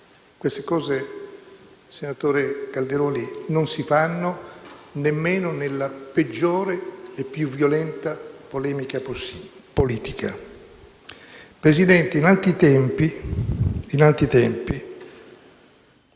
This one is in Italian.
Queste cose, senatore Calderoli, non si fanno, nemmeno nella peggiore e più violenta polemica politica. Signor Presidente, in altri tempi